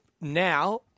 now –